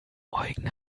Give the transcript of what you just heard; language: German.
eugen